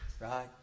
right